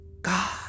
God